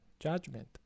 judgment